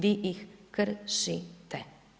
Vi ih kršite.